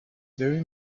very